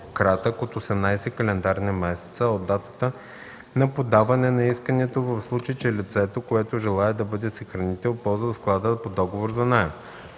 по-кратък от 18 календарни месеца от датата на подаване на искането – в случай че лицето, което желае да бъде съхранител, ползва склада по договор за наем;